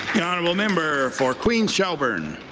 the honourable member for queens-shelburne.